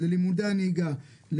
ללימודי הנהיגה,